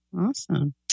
Awesome